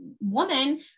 woman